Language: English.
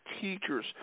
Teachers